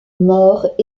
morts